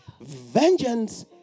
Vengeance